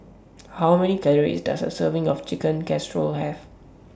How Many Calories Does A Serving of Chicken Casserole Have